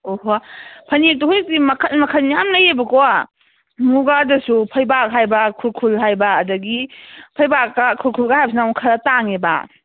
ꯑꯣ ꯍꯣ ꯐꯅꯦꯛꯇꯣ ꯍꯧꯖꯤꯛꯇꯤ ꯃꯈꯟ ꯃꯈꯟ ꯌꯥꯝ ꯂꯩꯑꯦꯕꯀꯣ ꯃꯨꯒꯥꯗꯁꯨ ꯐꯩꯕꯥꯛ ꯍꯥꯏꯕ ꯈꯨꯔꯈꯨꯜ ꯍꯥꯏꯕ ꯑꯗꯒꯤ ꯐꯩꯕꯥꯛꯀ ꯈꯨꯔꯈꯨꯜꯒ ꯍꯥꯏꯕꯁꯤꯅ ꯑꯃꯨꯛ ꯈꯔ ꯇꯥꯡꯉꯦꯕ